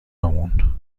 اون